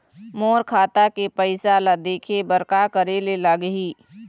मोर खाता के पैसा ला देखे बर का करे ले लागही?